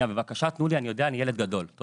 לא